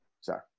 Sorry